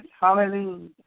Hallelujah